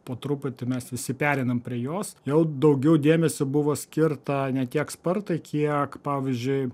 po truputį mes visi pereinam prie jos jau daugiau dėmesio buvo skirta ne tiek spartai kiek pavyzdžiui